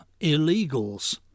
illegals